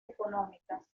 económicas